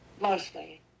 Mostly